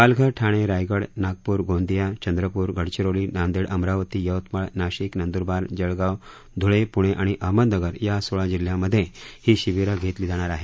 पालघर ठाणे रायगड नागपूर गोंदिया चंद्रपूर गडचिरोली नांदेड अमरावती यवतमाळ नाशिक नंद्रबार जळगांव ध्ळे प्णे आणि अहमदनगर या सोळा जिल्ह्यांमध्ये ही शिबीरं घेतली जाणार आहेत